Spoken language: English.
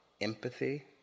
empathy